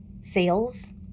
Sales